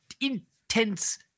intense